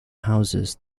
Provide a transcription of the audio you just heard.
houses